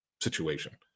situation